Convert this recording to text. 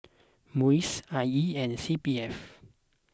Muis I E and C P F